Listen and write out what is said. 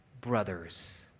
brothers